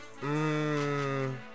Mmm